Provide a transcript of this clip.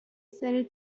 سری